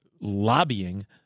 lobbying